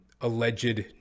alleged